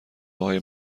های